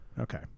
Okay